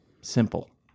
Simple